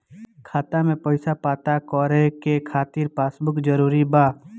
खाता में पईसा पता करे के खातिर पासबुक जरूरी बा?